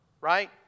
Right